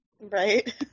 right